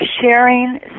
sharing